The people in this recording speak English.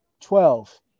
Twelve